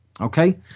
Okay